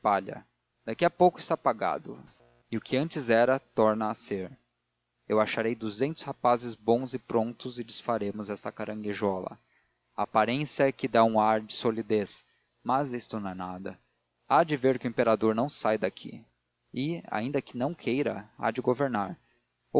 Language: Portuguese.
palha daqui a pouco está apagado e o que antes era torna a ser eu acharei duzentos rapazes bons e prontos e desfaremos esta caranguejola a aparência é que dá um ar de solidez mas isto é nada hão de ver que o imperador não sai daqui e ainda que não queira há de governar